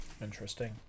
Interesting